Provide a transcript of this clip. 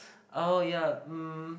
oh ya um